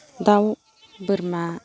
दाउ बोरमा